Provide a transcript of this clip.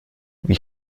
wie